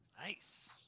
Nice